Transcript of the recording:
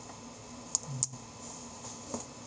mm